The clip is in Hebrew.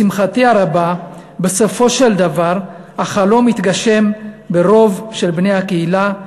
לשמחתי הרבה בסופו של דבר החלום התגשם ורוב בני הקהילה,